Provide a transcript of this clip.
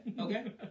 Okay